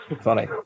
funny